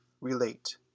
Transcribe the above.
relate